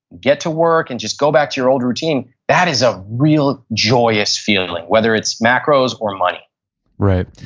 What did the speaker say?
get to work, and just go back to your old routine. that is a real joyous feeling. whether it's macros or money right.